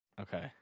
Okay